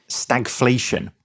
stagflation